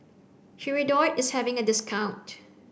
Hirudoid is having a discount